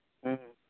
ᱦᱮᱸ